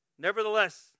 Nevertheless